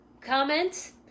comment